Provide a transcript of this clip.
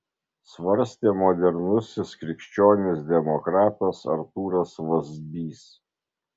svarstė modernusis krikščionis demokratas artūras vazbys